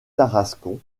tarascon